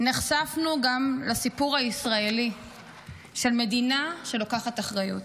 נחשפנו גם לסיפור הישראלי של מדינה שלוקחת אחריות.